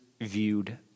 viewed